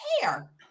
care